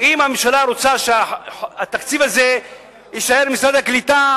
אם הממשלה רוצה שהתקציב הזה יישאר במשרד הקליטה,